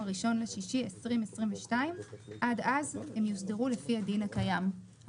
ה-1.6.2022 ועד אז יוסדרו לפי הדין הקיים.